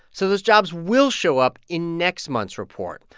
so those jobs will show up in next month's report.